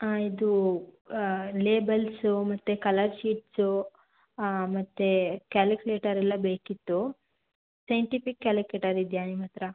ಹಾಂ ಇದು ಲೇಬಲ್ಸು ಮತ್ತು ಕಲರ್ಸ್ ಶೀಟ್ಸು ಮತ್ತೆ ಕ್ಯಾಲುಕ್ಲೇಟರ್ ಎಲ್ಲ ಬೇಕಿತ್ತು ಸೈಂಟಿಫಿಕ್ ಕ್ಯಾಲುಕೇಟರ್ ಇದೆಯಾ ನಿಮ್ಮ ಹತ್ತಿರ